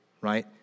right